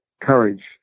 courage